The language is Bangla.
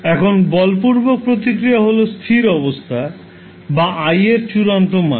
এখন বলপূর্বক প্রতিক্রিয়া হল স্থির অবস্থা বা i এর চূড়ান্ত মান